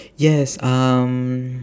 yes um